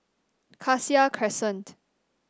Cassia Crescent